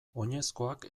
oinezkoak